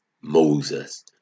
Moses